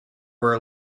were